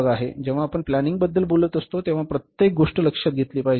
जेव्हा आपण प्लॅनिंगबद्दल बोलत असतो तेव्हा प्रत्येक गोष्ट लक्षात घेतली पाहिजे